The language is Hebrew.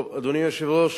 אדוני היושב-ראש,